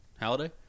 Halliday